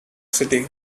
city